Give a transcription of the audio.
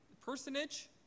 personage